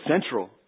Central